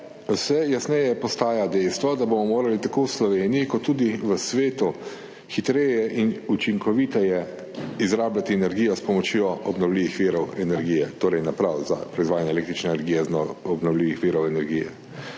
vse jasneje postaja dejstvo, da bomo morali tako v Sloveniji kot tudi v svetu hitreje in učinkoviteje izrabljati energijo s pomočjo obnovljivih virov energije, torej naprav za proizvajanje električne energije iz obnovljivih virov energije.